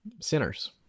sinners